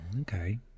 okay